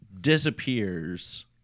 disappears